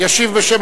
ישיב בשם